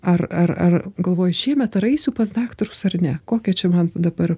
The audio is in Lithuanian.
ar ar ar galvoji šiemet ar eisiu pas daktarus ar ne kokia čia man dabar